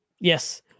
Yes